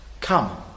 Come